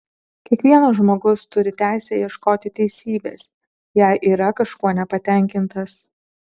kiekvienas žmogus turi teisę ieškoti teisybės jei yra kažkuo nepatenkintas